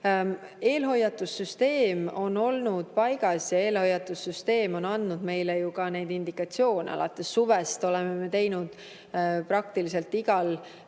Eelhoiatussüsteem on olnud paigas ja eelhoiatussüsteem on andnud meile ju ka neid indikatsioone. Alates suvest oleme me teinud praktiliselt igal